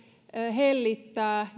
hellittää